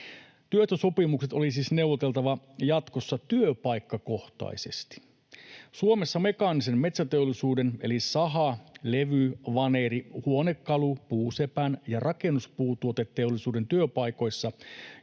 Työehtosopimukset oli siis neuvoteltava jatkossa työpaikkakohtaisesti. Suomessa mekaanisen metsäteollisuuden — eli saha-, levy-, vaneri-, huonekalu-, puusepän- ja rakennuspuutuoteteollisuuden — työpaikoissa,